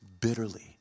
bitterly